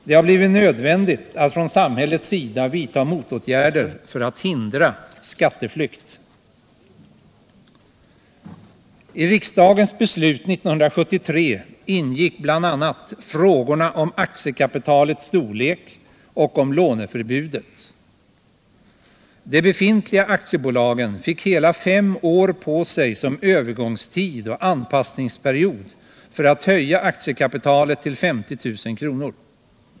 Det har blivit nödvändigt att från samhällets sida vidta motåtgärder för att hindra skatteflykt. I riksdagens beslut 1973 ingick bl.a. frågorna om aktiekapitalets storlek och om låneförbud. De befintliga aktiebolagen fick hela fem år på sig som övergångstid och anpassningsperiod för att höja aktiekapitalet till 50 000 kr.